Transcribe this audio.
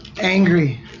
angry